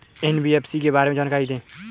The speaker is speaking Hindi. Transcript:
एन.बी.एफ.सी के बारे में जानकारी दें?